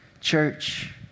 church